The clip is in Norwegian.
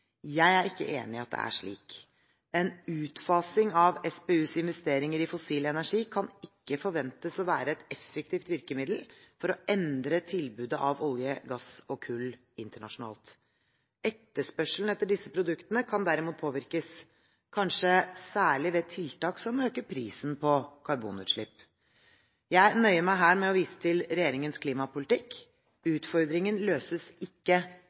Jeg er ikke enig i at det er slik. En utfasing av SPUs investeringer i fossil energi kan ikke forventes å være et effektivt virkemiddel for å endre tilbudet av olje, gass og kull internasjonalt. Etterspørselen etter disse produktene kan derimot påvirkes, kanskje særlig ved tiltak som øker prisen på karbonutslipp. Jeg nøyer meg her med å vise til regjeringens klimapolitikk. Utfordringen løses ikke